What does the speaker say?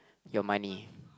your money